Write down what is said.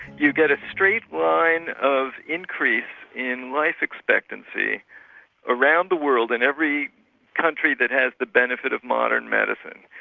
you get a straight line of increase in life expectancy around the world, in every country that has the benefit of modern medicine.